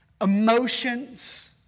emotions